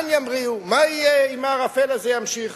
לאן ימריאו, מה יהיה אם הערפל הזה ימשיך.